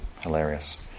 hilarious